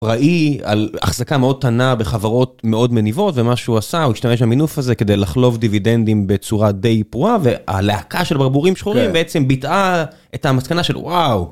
פראי על החזקה מאוד קטנה בחברות מאוד מניבות ומה שהוא עשה הוא השתמש במינוף הזה כדי לחלוב דיווידנדים בצורה די פרואה והלהקה של ברבורים שחורים בעצם ביטאה את המסקנה של וואו.